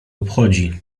obchodzi